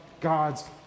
God's